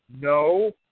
no